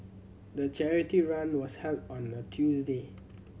the charity run was held on a Tuesday